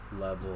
level